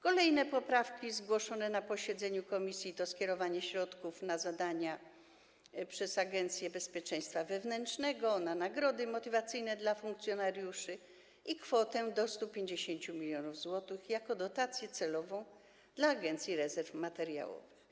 Kolejne poprawki zgłoszone na posiedzeniu komisji dotyczą skierowania środków na zadania wykonywane przez Agencję Bezpieczeństwa Wewnętrznego, na nagrody motywacyjne dla funkcjonariuszy i kwoty do 150 mln zł jako dotacji celowej dla Agencji Rezerw Materiałowych.